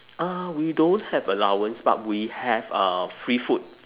uh we don't have allowance but we have uh free food